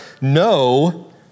no